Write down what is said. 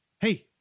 Hey